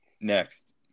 next